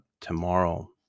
tomorrow